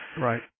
Right